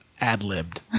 ad-libbed